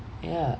ya